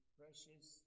precious